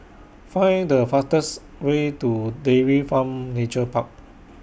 Find The fastest Way to Dairy Farm Nature Park